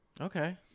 Okay